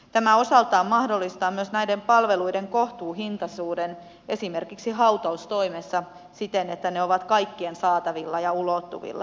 tämä osaltaan mahdollistaa myös näiden palveluiden kohtuuhintaisuuden esimerkiksi hautaustoimessa siten että ne ovat kaikkien saatavilla ja ulottuvilla